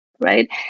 right